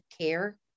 care